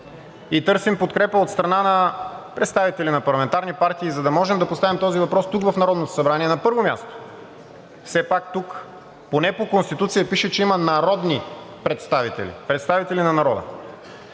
и търсим подкрепа от страна на представители на парламентарни партии, за да можем да поставим този въпрос тук, в Народното събрание, на първо място. Все пак тук поне по Конституция пише, че има „народни представители“ – представители на народа.